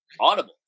Audible